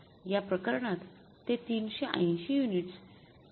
या प्रकरणात ते ३८० युनिट्स १